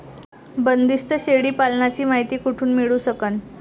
बंदीस्त शेळी पालनाची मायती कुठून मिळू सकन?